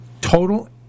total